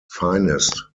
finest